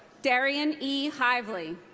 darien e. hively.